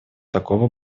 такого